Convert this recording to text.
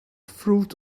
fruit